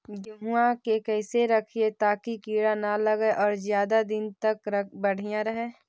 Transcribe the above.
गेहुआ के कैसे रखिये ताकी कीड़ा न लगै और ज्यादा दिन तक बढ़िया रहै?